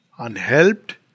Unhelped